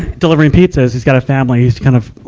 delivering pizzas. he's got a family. he's kind of,